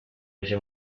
ese